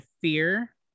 Fear